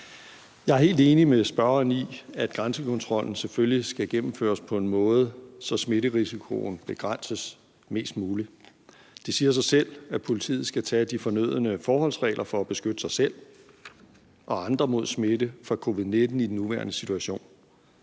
Jeg er helt enig med spørgeren i, at grænsekontrollen selvfølgelig skal gennemføres på en måde, så smitterisikoen begrænses mest muligt. Det siger sig selv, at politiet skal tage de fornødne forholdsregler for at beskytte sig selv og andre mod smitte fra covid-19 i den nuværende situation.